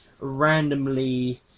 randomly